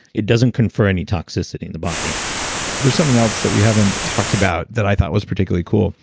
it doesn't confer any toxicity in the body there's something else that we haven't talked about that i thought was particularly cool